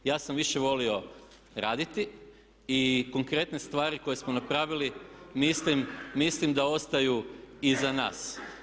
Ja sam više volio raditi i konkretne stvari koje smo napravili mislim da ostaju iza nas.